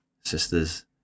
sisters